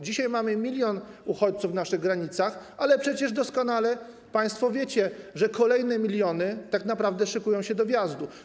Dzisiaj mamy milion uchodźców w naszych granicach, ale przecież doskonale państwo wiecie, że kolejne miliony tak naprawdę szykują się do wjazdu.